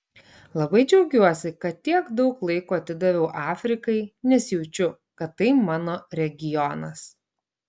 labai džiaugiuosi kad tiek daug laiko atidaviau afrikai nes jaučiu kad tai mano regionas